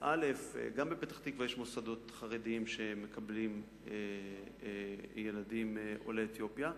גם בפתח-תקווה יש מוסדות חרדיים שמקבלים ילדים עולי אתיופיה,